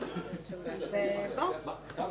אז אף